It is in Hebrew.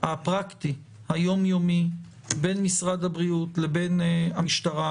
הפרקטי היומיומי בין משרד הבריאות לבין המשטרה.